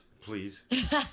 please